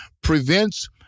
prevents